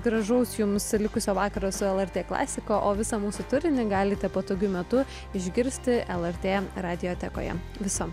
gražaus jums likusio vakaro su lrt klasika o visą mūsų turinį galite patogiu metu išgirsti lrt radiotekoje viso